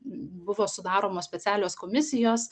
buvo sudaromos specialios komisijos